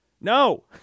No